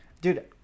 Dude